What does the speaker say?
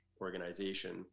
organization